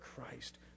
Christ